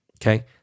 Okay